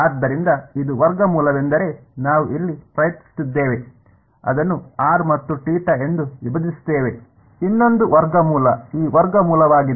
ಆದ್ದರಿಂದ ಒಂದು ವರ್ಗಮೂಲವೆಂದರೆ ನಾವು ಇಲ್ಲಿ ಪ್ರಯತ್ನಿಸುತ್ತಿದ್ದೇವೆ ಅದನ್ನು r ಮತ್ತು θ ಎಂದು ವಿಭಜಿಸುತ್ತೇವೆ ಇನ್ನೊಂದು ವರ್ಗಮೂಲ ಈ ವರ್ಗಮೂಲವಾಗಿದೆ